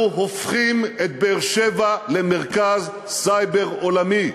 אנחנו הופכים את באר-שבע למרכז סייבר עולמי.